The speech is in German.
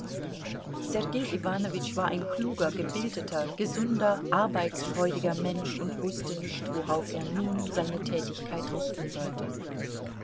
iwanowitsch war ein kluger gebildeter gesunder arbeitsfreudiger mensch und wußte nicht worauf er nun seine tätigkeit richten sollte